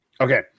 okay